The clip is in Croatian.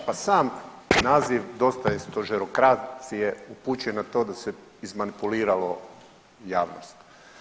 Pa sam naziv „Dosta je stožerokracije“ upućuje na to da se izmanipuliralo javnost.